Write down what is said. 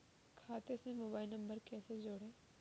खाते से mobile number कैसे जोड़ें?